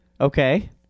Okay